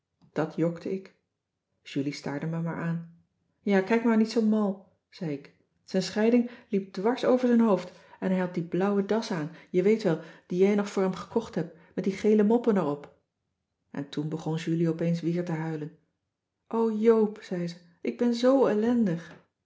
dat jokte ik julie staarde mij maar aan ja kijk maar niet zoo mal zei ik zijn scheiding liep dwars over zijn hoofd en hij had cissy van marxveldt de h b s tijd van joop ter heul die blauwe das aan je weet wel die jij nog voor hem gekocht hebt met die gele moppen er op en toen begon julie opeens weer te huilen o joop zei ze ik ben zoo ellendig